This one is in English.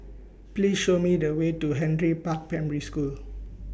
Please Show Me The Way to Henry Park Primary School